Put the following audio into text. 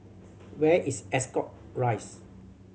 where is Ascot Rise